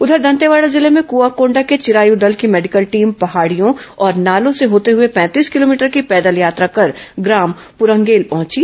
उधर दंतेवाड़ा जिले में कुआंकोंडा के चिरायु दल की मेडिकल टीम पहाड़ियों और नालों से होते हुए पैंतीस किलोमीटर की पैदल यात्रा कर ग्राम प्ररंगेल पहुंची